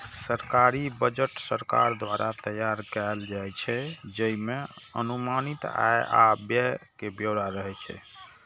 सरकारी बजट सरकार द्वारा तैयार कैल जाइ छै, जइमे अनुमानित आय आ व्यय के ब्यौरा रहै छै